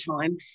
time